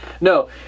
No